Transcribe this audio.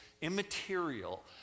immaterial